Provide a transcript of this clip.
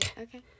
Okay